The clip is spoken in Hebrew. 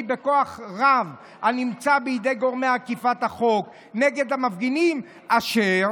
בכוח הרב שנמצא בידי גורמי אכיפת החוק נגד מפגינים אשר